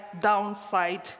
downside